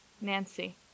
Nancy